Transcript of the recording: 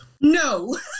no